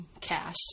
cash